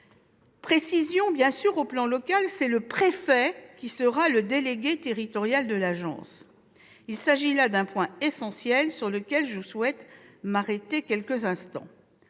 précision : au plan local, c'est le préfet qui sera le délégué territorial de l'agence. Il s'agit là d'un point essentiel, sur lequel je souhaite m'arrêter quelques instants.